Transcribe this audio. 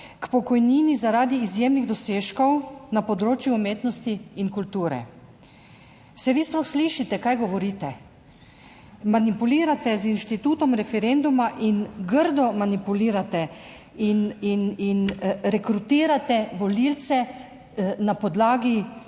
k pokojnini zaradi izjemnih dosežkov na področju umetnosti in kulture. Se vi sploh slišite kaj govorite? Manipulirate z inštitutom referenduma in grdo manipulirate in rekrutirate volivce na podlagi